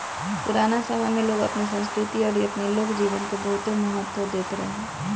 पुराना समय में लोग अपनी संस्कृति अउरी अपनी लोक जीवन के बहुते महत्व देत रहे